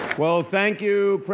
well, thank you,